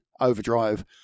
overdrive